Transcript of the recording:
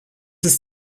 ist